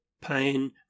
pain